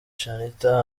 shanitah